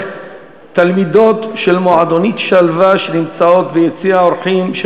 תלמידות של מועדונית "שלווה" שנמצאות ביציע האורחים.